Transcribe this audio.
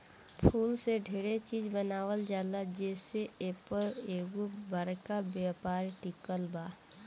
फूल से डेरे चिज बनावल जाला जे से एपर एगो बरका व्यापार टिकल बा